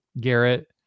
garrett